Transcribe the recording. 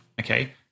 okay